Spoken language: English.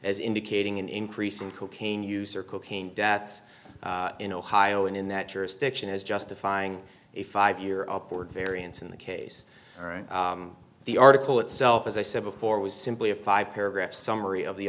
as indicating an increase in cocaine use or cocaine deaths in ohio and in that jurisdiction as justifying a five year upward variance in the case the article itself as i said before was simply a five paragraph summary of the